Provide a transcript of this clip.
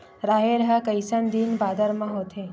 राहेर ह कइसन दिन बादर म होथे?